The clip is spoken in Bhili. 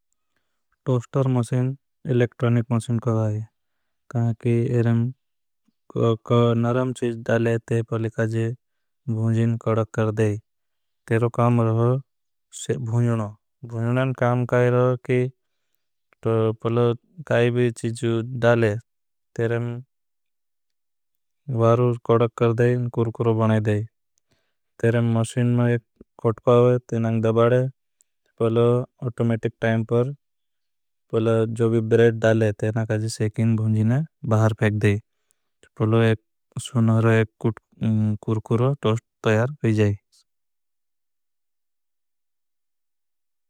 टोस्टर मशीन इलेक्ट्रानिक मशीन को है कि इरेम। नरम चीज डाले ते पलिकाजी। भुजिन कड़क कर देई काम रहो भुजुनो बहुजनों। में काम काई रहो कि पलो काई। भी चीज डाले तेरेम वारू कड़क। कर देई न कुरकुरो बने देई मशीन मा एक खोटक। आवे तेनांग दबाडे ते पलो अटोमेटिक टाइम पर ते। पलो जोबी ब्रेट डाले तेनांग आजी सेकिन भुजिने बहार। फेक देई पलो एक सुनहरो एक। कुरकुरो टोस्ट तयार हुई जाई।